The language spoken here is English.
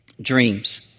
dreams